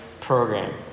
program